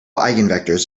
eigenvectors